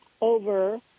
over